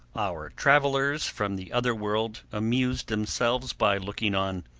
our travellers from the other world amused themselves by looking on.